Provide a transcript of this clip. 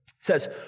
says